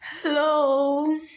Hello